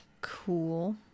cool